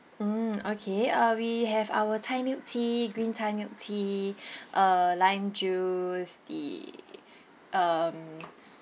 mm okay uh we have our thai milk tea green thai milk tea uh lime juice the um